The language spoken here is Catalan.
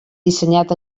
dissenyat